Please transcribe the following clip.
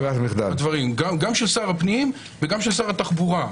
גם של שר הפנים וגם של שר התחבורה,